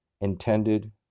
intended